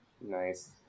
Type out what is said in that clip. Nice